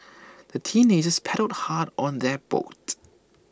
the teenagers paddled hard on their boat